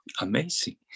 amazing